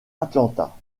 atlanta